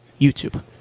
YouTube